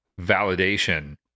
validation